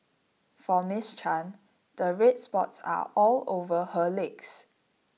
for Ms Chan the red spots are all over her legs